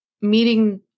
meeting